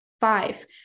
five